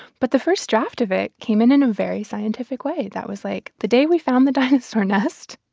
but the first draft of it came in in a very scientific way that was like, the day we found the dinosaur nest,